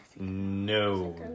No